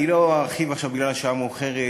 אני לא ארחיב עכשיו, בגלל השעה המאוחרת,